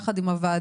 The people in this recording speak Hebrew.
ביחד עם הוועדה,